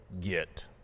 get